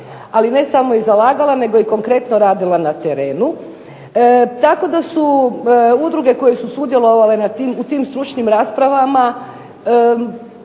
ali ne samo i zalagala nego i konkretno radila na terenu, tako da su udruge koje su sudjelovale u tim stručnim raspravama,